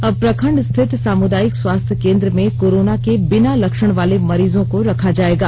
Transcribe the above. अब प्रखंड स्थित सामुदायिक स्वास्थ्य केंद्र में कोरोना के बिना लक्षण वाले मरीजों को रखा जाएगा